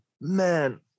man